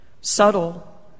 subtle